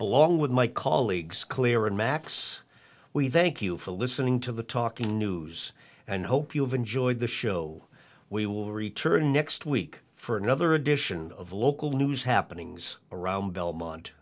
along with my colleagues clear and max we thank you for listening to the talking news and hope you have enjoyed the show we will return next week for another edition of local news happenings around belmont